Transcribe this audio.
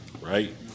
right